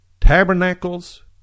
Tabernacles